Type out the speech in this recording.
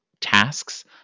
tasks